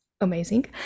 Amazing